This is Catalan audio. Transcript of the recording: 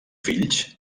fills